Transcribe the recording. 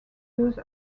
use